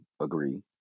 agree